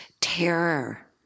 terror